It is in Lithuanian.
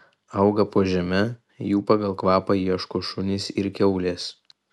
auga po žeme jų pagal kvapą ieško šunys ir kiaulės